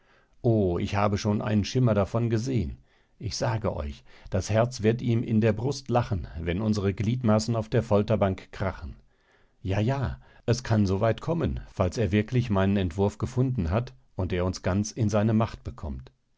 o ich habe schon einen schimmer davon gesehen ich sage euch das herz wird ihm in der brust lachen wenn unsere gliedmaßen auf der folterbank krachen ja ja es kann so weit kommen falls er wirklich meinen entwurf gefunden hat und er uns ganz in seine macht bekommt